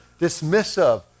dismissive